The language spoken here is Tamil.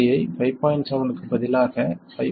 7 க்கு பதிலாக 5